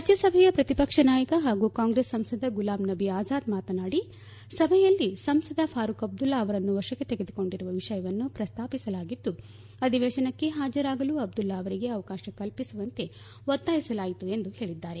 ರಾಜಸಭೆಯ ಪ್ರತಿಪಕ್ಷ ನಾಯಕ ಹಾಗೂ ಕಾಂಗ್ರೆಸ್ ಸಂಸದ ಗುಲಾಮ್ ನಬಿ ಅಜಾದ್ ಮಾತನಾದಿ ಸಭೆಯಲ್ಲಿ ಸಂಸದ ಫಾರೂಕ್ ಅಬ್ಲುಲ್ತಾ ಅವರನ್ನು ವಶಕ್ಕೆ ತೆಗೆದುಕೊಂಡಿರುವ ವಿಷಯವನ್ನು ಪ್ರಸ್ತಾಪಿಸಲಾಗಿದ್ದು ಅಧಿವೇಶನಕ್ಕೆ ಹಾಜರಾಗಲು ಅಬ್ದುಲ್ಡಾ ಅವರಿಗೆ ಅವಕಾಶ ಕಲ್ಲಿಸುವಂತೆ ಒತ್ತಾಯಿಸಲಾಯಿತು ಎಂದು ಹೇಳಿದ್ದಾರೆ